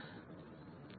બરાબર